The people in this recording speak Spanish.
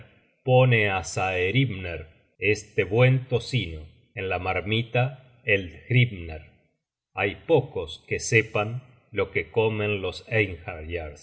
pone á saehrimner este buen tocino en la marmita eldhrimner hay pocos que sepan lo que comen los